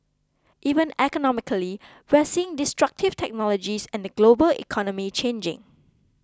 even economically we're seeing destructive technologies and the global economy changing